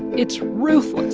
it's ruthless